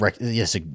yes